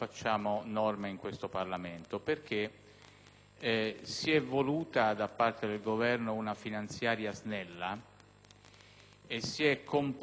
e si è compresso in qualche modo il diritto di iniziativa dei singoli parlamentari, perché si è posta in essere una legislazione concentrata sui decreti;